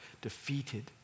defeated